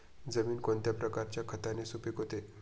जमीन कोणत्या प्रकारच्या खताने सुपिक होते?